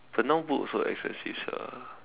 but now book also expensive sia